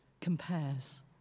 compares